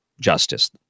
justice